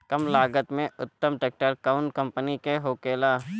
कम लागत में उत्तम ट्रैक्टर कउन कम्पनी के होखेला?